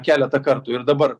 keletą kartų ir dabar